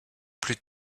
plus